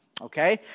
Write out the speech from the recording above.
Okay